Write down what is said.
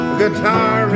guitar